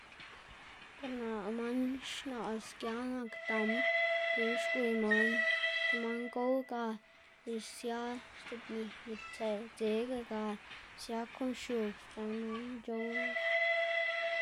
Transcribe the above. Par naꞌ man xnaꞌs gia nak dam dele xwiy man ti man gow, ga lëꞌ sia xc̲h̲oꞌbnis ver tsëw dzeꞌga ga sia kon xog sdzën man c̲h̲owl.